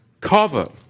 Cover